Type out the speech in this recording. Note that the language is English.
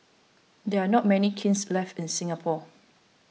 there are not many kilns left in Singapore